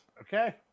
Okay